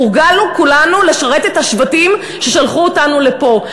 הורגלנו כולנו לשרת את השבטים ששלחו אותנו לפה,